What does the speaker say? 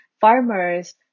farmers